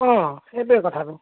অঁ সেইটোৱে কথাটো